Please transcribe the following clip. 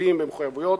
חייבים במחויבויות,